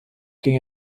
ging